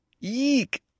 eek